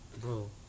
Bro